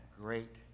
great